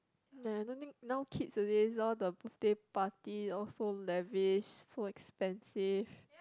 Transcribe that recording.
and I don't think now kids a days all the birthday party all so lavish so expensive